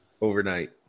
overnight